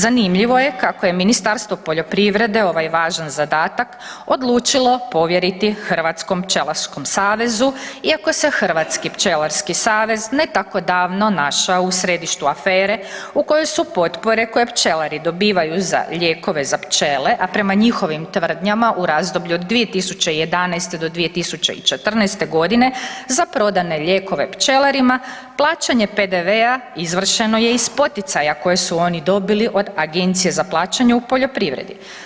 Zanimljivo je kako je Ministarstvo poljoprivrede ovaj važan zadatak odlučilo povjeriti Hrvatskom pčelarskom savezu iako se Hrvatski pčelarski savez ne tako davno našao u središtu afere u kojoj su potpore koje pčelari dobivaju za lijekove za pčele, a prema njihovim tvrdnjama u razdoblju od 2011.-2014.g. za prodane lijekove pčelarima plaćanje PDV-a izvršeno je iz poticaja koje su oni dobili od Agencije za plaćanje u poljoprivredi.